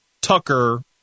Tucker